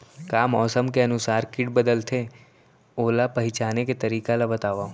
का मौसम के अनुसार किट बदलथे, ओला पहिचाने के तरीका ला बतावव?